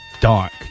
dark